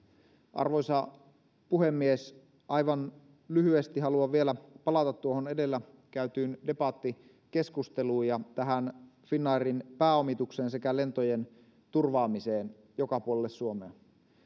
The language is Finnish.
arvoisa puhemies aivan lyhyesti haluan vielä palata tuohon edellä käytyyn debattikeskusteluun ja tähän finnairin pääomitukseen sekä lentojen turvaamiseen joka puolelle suomea